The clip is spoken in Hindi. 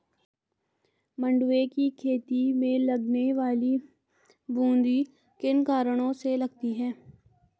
मंडुवे की खेती में लगने वाली बूंदी किन कारणों से लगती है?